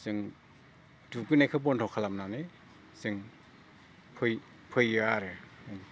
जों दुगैनायखौ बन्द' खालामनानै जों फैयो आरो